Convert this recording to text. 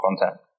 content